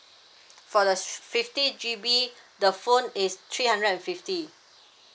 for the fifty G_B the phone is three hundred and fifty